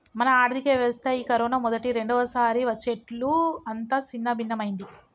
మన ఆర్థిక వ్యవస్థ ఈ కరోనా మొదటి రెండవసారి వచ్చేట్లు అంతా సిన్నభిన్నమైంది